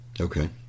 Okay